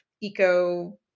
eco